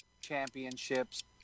championships